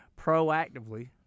proactively